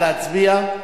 נא להצביע.